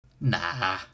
Nah